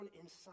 inside